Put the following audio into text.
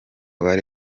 bari